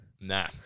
Nah